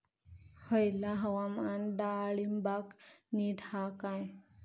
हयला हवामान डाळींबाक नीट हा काय?